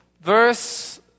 Verse